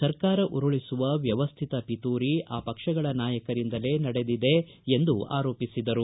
ಸರ್ಕಾರ ಉರುಳಿಸುವ ವ್ವವಸ್ಥಿತ ಪಿತೂರಿ ಆ ಪಕ್ಷಗಳ ನಾಯಕರಿಂದಲೇ ನಡೆದಿದೆ ಎಂದು ಆರೋಪಿಸಿದರು